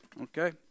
Okay